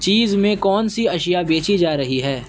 چیز میں کون سی اشیاء بیچی جا رہی ہے